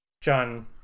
John